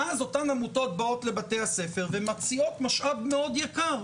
ואז אותן עמותות באות לבתי הספר ומציעות משאב מאוד יקר,